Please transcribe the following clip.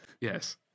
Yes